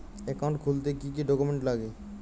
Account খুলতে কি কি ডকুমেন্ট লাগবে?